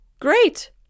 great